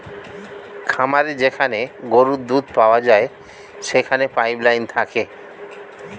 খামারে যেখানে গরুর দুধ পাওয়া যায় সেখানে পাইপ লাইন থাকে